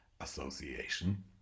Association